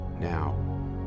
now